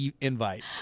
invite